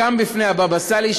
וקם בפני הבאבא סאלי,